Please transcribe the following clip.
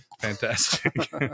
fantastic